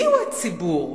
מיהו הציבור?